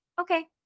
okay